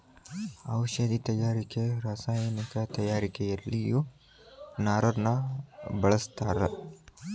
ಔಷದಿ ತಯಾರಿಕೆ ರಸಾಯನಿಕ ತಯಾರಿಕೆಯಲ್ಲಿಯು ನಾರನ್ನ ಬಳಸ್ತಾರ